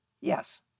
Yes